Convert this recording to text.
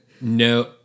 No